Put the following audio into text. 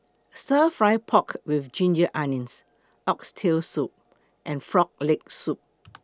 Stir Fry Pork with Ginger Onions Oxtail Soup and Frog Leg Soup